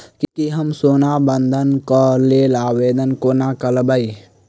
की हम सोना बंधन कऽ लेल आवेदन कोना करबै?